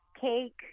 cake